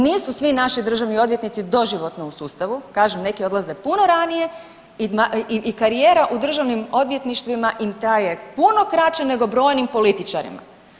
Nisu svi naši državni odvjetnici doživotno u sustavu, kažem neki odlaze puno ranije i karijera u državnim odvjetništvima im traje puno kraće nego brojnim političarima.